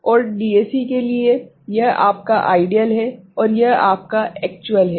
और डीएसी के लिए यह आपका आइडियल है और यह आपका एक्चुअल है